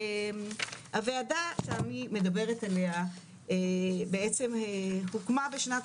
והוועדה כאן היא מדברת עליה בעצם הוקמה בשנת